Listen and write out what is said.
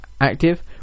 active